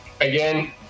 Again